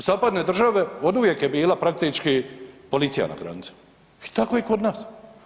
Zapadne države oduvijek je bila praktički policija na granicama i tako je kod nas.